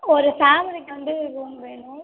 ஒரு ஃபேமிலிக்கு வந்து ரூம் வேணும்